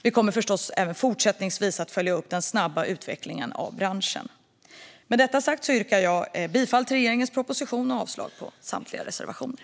Vi kommer förstås att även fortsättningsvis följa upp den snabba utvecklingen i branschen. Med detta sagt yrkar jag bifall till regeringens proposition och avslag på samtliga reservationer.